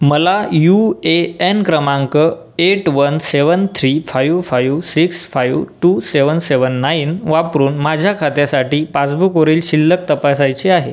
मला U A N क्रमांक eight one seven three five five six five two seven seven nine वापरून माझ्या खात्यासाठी पासबुकवरील शिल्लक तपासायची आहे